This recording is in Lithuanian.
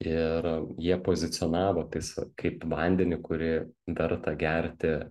ir jie pozicionavo tais kaip vandenį kurį verta gerti